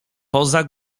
poza